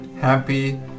happy